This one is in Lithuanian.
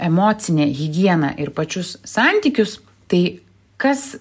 emocinę higieną ir pačius santykius tai kas